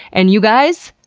and you guys,